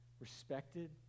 respected